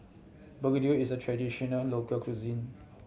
begedil is a traditional local cuisine